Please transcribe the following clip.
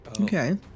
Okay